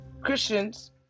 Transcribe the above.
Christians